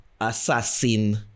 assassin